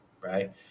right